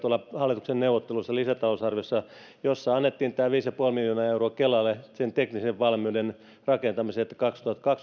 hallituksen neuvotteluissa lisätalousarviosta jossa annettiin kelalle tämä viisi pilkku viisi miljoonaa euroa sen teknisen valmiuden rakentamiseen että